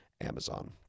Amazon